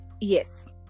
Yes